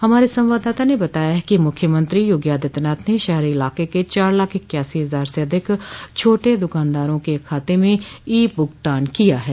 हमारे संवादादाता ने बताया है कि मुख्यमंत्री योगी आदित्यनाथ ने शहरी इलाके के चार लाख इक्यासी हजार से अधिक छोटे दुकानदारों के खात में ई भुगतान किया है